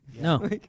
No